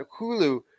hulu